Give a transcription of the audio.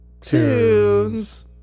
Tunes